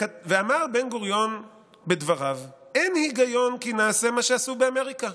אמר בן-גוריון בדבריו: "אין היגיון כי נעשה מה שעשו באמריקה: